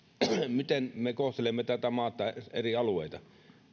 miten me kohtelemme tätä maata eri alueita